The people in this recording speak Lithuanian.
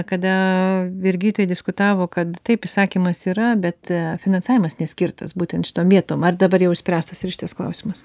kada vyr gydytojai diskutavo kad taip įsakymas yra bet finansavimas neskirtas būtent šitom vietom ar dabar jau išspręstas ir šitas klausimas